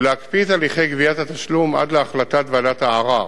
ולהקפיא את הליכי גביית התשלום עד להחלטת ועדת הערר.